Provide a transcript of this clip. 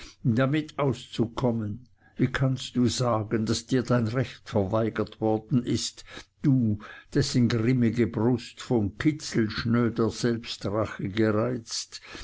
damit auszukommen wie kannst du sagen daß dir dein recht verweigert worden ist du dessen grimmige brust vom kitzel schnöder selbstrache gereizt